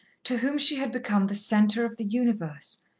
to whom she had become the centre of the universe,